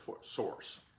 source